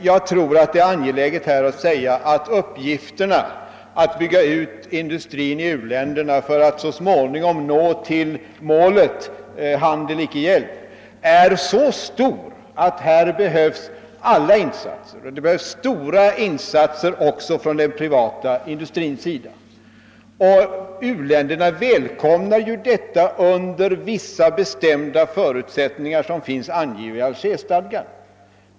Jag tror det är angeläget att framhålla att uppgiften att bygga ut industrin i u-länderna för att så småningom nå målet »handel, icke hjälp» är så stor att det behövs alla insatser. Det är också nödvändigt med stora insatser från den privata industrins sida, och u-länderna välkomnar ju också en sådan hjälp under vissa bestämda förutsättningar som angivits i Algerstadgan.